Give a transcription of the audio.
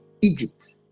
Egypt